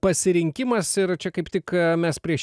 pasirinkimas ir čia kaip tik mes prieš šį